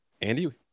Andy